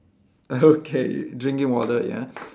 okay drinking water ya